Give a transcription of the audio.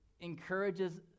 encourages